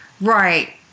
Right